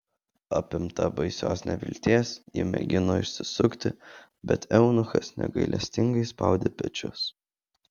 apimta baisios nevilties ji mėgino išsisukti bet eunuchas negailestingai spaudė pečius